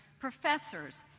professors,